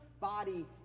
body